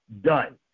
done